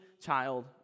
child